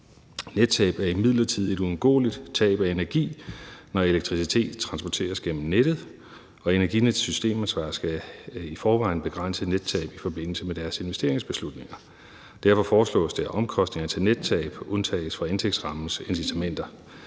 Nettab er imidlertid et uundgåeligt tab af energi, når elektriciteten transporteres gennem nettet, og Energinets systemansvar skal i forvejen begrænse nettab i forbindelse med deres investeringsbeslutninger. Derfor foreslås det, at omkostninger til nettab undtages fra indtægtsrammens incitamenter.